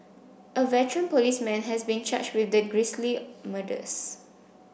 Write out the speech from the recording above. a veteran policeman has been charged with the grisly murders